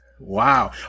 Wow